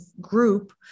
group